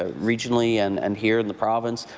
ah regionally and and here in the province,